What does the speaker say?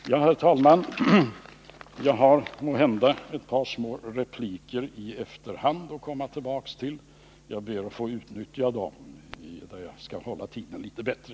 Herr talman! Jag har måhända ett par små repliker att i efterhand komma tillbaka med, och jag ber att få ta kammarens tid i anspråk för dem. Jag skall då hålla tiden litet bättre.